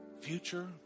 future